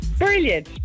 Brilliant